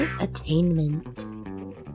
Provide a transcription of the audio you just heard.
attainment